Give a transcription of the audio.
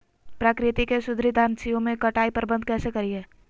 प्राकृतिक एवं सुधरी घासनियों में कटाई प्रबन्ध कैसे करीये?